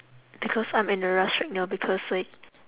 because I'm in a rush right now because like